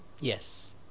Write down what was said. Yes